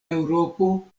eŭropo